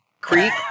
creep